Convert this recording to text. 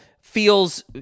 feels